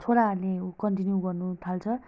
छोराहरूले कन्टिनिउ गर्नु थाल्छ